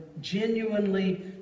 genuinely